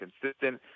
consistent